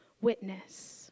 witness